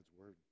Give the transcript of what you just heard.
Word